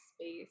space